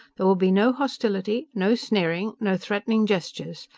there will be no hostility, no sneering, no threatening gestures!